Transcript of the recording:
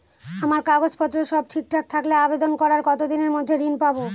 আমার কাগজ পত্র সব ঠিকঠাক থাকলে আবেদন করার কতদিনের মধ্যে ঋণ পাব?